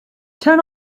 turn